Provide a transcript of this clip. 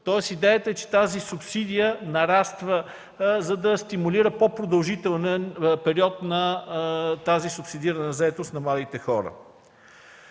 Идеята е тази субсидия да нараства, за да стимулира по-продължителен период на тази субсидирана заетост на младите хора.